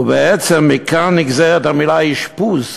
ומכאן נגזרת המילה אשפוז,